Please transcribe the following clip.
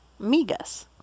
migas